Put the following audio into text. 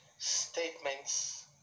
statements